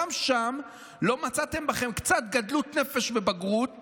גם בו לא מצאתם בכם קצת גדלות נפש ובגרות